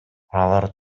алар